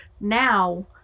Now